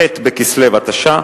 ח' בכסלו התשע"א,